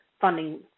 funding